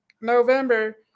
November